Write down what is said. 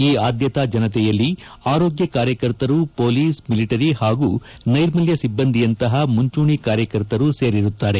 ಈ ಆದ್ಯತಾ ಜನತೆಯಲ್ಲಿ ಆರೋಗ್ಯ ಕಾರ್ಯಕರ್ತರು ಪೊಲೀಸ್ ಮಿಲಿಟರಿ ಹಾಗೂ ನೈರ್ಮಲ್ಯ ಸಿಬ್ಬಂದಿಯಂತಹ ಮುಂಚೂಣಿ ಕಾರ್ಯಕರ್ತರು ಸೇರಿರುತ್ತಾರೆ